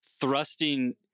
thrusting